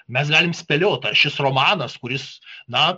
mes galim spėliot ar šis romanas kuris na